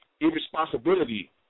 irresponsibility